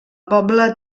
poble